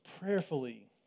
prayerfully